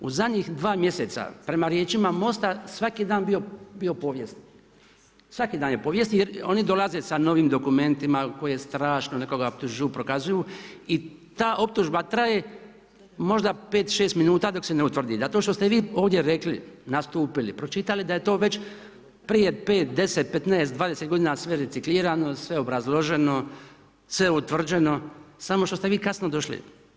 U zadnjih dva mjeseca prema riječima Most-a svaki dan je bio povijest, svaki dan je povijest jer oni dolaze sa novim dokumentima koje strašno nekoga optužuju, prokazuju i ta optužba traje možda pet, šest minuta dok se ne utvrdi zato što ste vi ovdje rekli, nastupili, pročitali da je to već prije 5, 10, 15, 20 godina sve reciklirano, sve obrazloženo, sve utvrđeno samo što ste vi kasno došli.